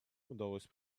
удалось